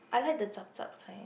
I like the zhup zhup kind